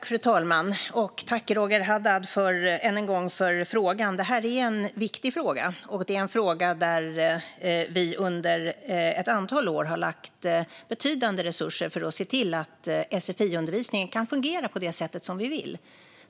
Fru talman! Tack än en gång, Roger Haddad, för frågan! Det är en viktig fråga. Det är en fråga där vi under ett antal år har lagt betydande resurser för att se till att sfi-undervisningen kan fungera på det sätt som vi vill.